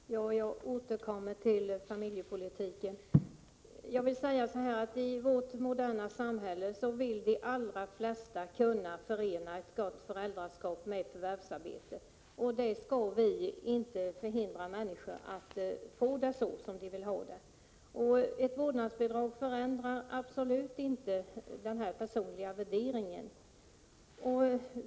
Fru talman! Jag återkommer till familjepolitiken. I vårt moderna samhälle vill de allra flesta kunna förena ett gott föräldraskap med förvärvsarbete. Vi skall inte hindra människor från att få det som de vill ha. Ett vårdnadsbidrag förändrar absolut inte denna personliga värdering.